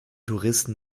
touristen